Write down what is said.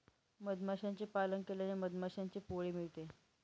मधमाशांचे पालन केल्याने मधमाशांचे पोळे मिळते